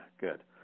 good